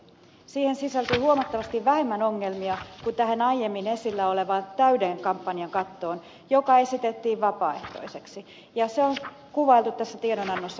näihin sisältyy huomattavasti vähemmän ongelmia kuin tähän aiemmin esillä olleeseen täyden kampanjan kattoon joka esitettiin vapaaehtoiseksi ja se on kuvailtu tässä tiedonannossakin oikein